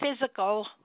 physical